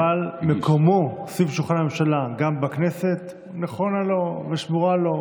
מקומו סביב שולחן הממשלה גם בכנסת נכון לו ושמור לו,